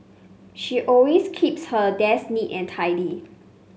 she always keeps her desk neat and tidy